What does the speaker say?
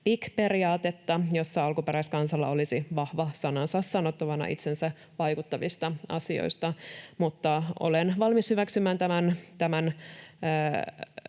FPIC-periaatetta, jossa alkuperäiskansalla olisi vahva sanansa sanottavana itseensä vaikuttavista asioista. Olen valmis hyväksymään tämän